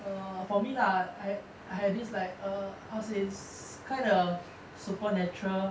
err for me lah I had this like err I'll say it's kinda supernatural